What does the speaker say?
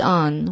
on